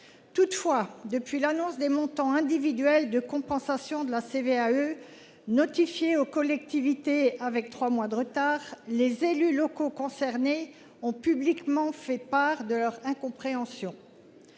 Toutefois, depuis l'annonce des montants individuelle de compensation de la CVAE notifié aux collectivités avec 3 mois de retard. Les élus locaux concernés ont publiquement fait part de leur incompréhension.